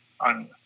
on